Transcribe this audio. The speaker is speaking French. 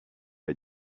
les